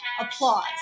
applause